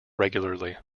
regularly